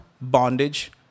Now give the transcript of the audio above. bondage